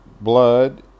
blood